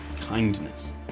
kindness